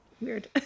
weird